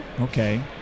Okay